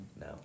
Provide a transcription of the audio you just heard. No